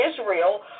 Israel